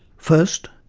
first,